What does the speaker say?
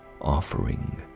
offering